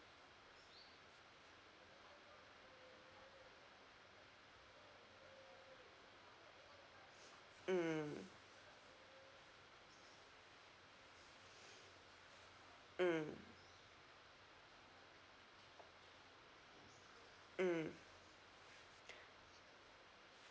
mm mm mm